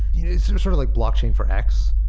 it's sort of like blocking for x,